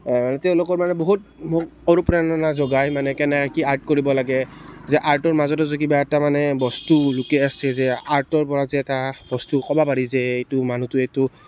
তেওঁলোকৰ মানে বহুত অনুপ্ৰেৰণা যোগায় মানে কেনেকৈ কি আৰ্ট কৰিব লাগে যে আৰ্টৰ মাজতো যে কিবা এটা মানে বস্তু লুকাই আছে যে আৰ্টৰ পৰা যে এটা বস্তু ক'ব পাৰি যে এইটো মানুহটোৱে এইটো